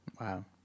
Wow